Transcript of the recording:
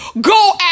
Go